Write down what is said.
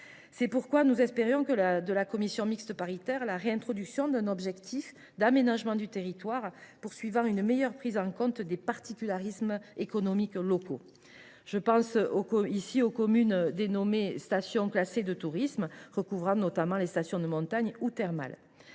C’est pourquoi nous attendions de la commission mixte paritaire la réintroduction d’un objectif d’aménagement du territoire permettant une meilleure prise en compte des particularismes économiques locaux, par exemple ceux des stations classées de tourisme, une catégorie recouvrant notamment les stations de montagne et thermales.